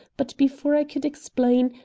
but before i could explain,